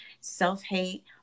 self-hate